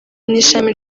n’ishami